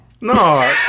no